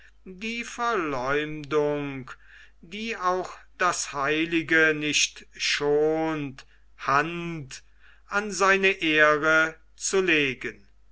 die verleumdung die auch das heilige nicht schont hand an seine ehre zu legen